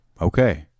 Okay